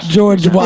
George